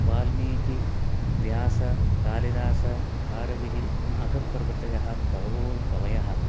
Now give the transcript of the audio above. वाल्मीकि व्यास कालिदास भारवि माघप्रभृतयः बहवो हि कवयः